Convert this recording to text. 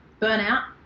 burnout